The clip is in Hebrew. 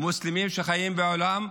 מוסלמים שחיים בעולם,